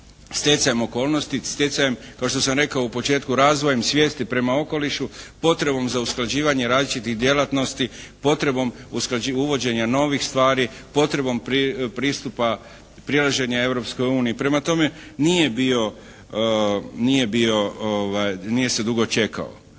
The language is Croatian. stjecajem okolnosti, stjecajem kao što sam rekao u početku razvojem svijesti prema okolišu, potrebom za usklađivanje različitih djelatnosti, potrebom uvođenja novih stvari, potrebom pristupa prilaženja Europskoj uniji. Prema tome, nije se dugo čekao.